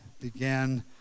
began